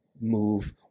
move